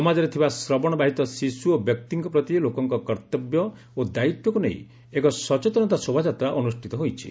ସମାଜରେ ଥିବା ଶ୍ରବଣ ବାଧିତ ଶିଶୁ ଓ ବ୍ୟକ୍ତିଙ୍କ ପ୍ରତି ଲୋକଙ୍କ କର୍ଉବ୍ୟ ଓ ଦାୟିତ୍ୱକୁ ନେଇ ଏକ ସଚେତନତା ଶୋଭାଯାତ୍ରା ଅନୁଷିତ ହୋଇଛି